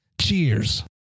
Cheers